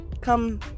come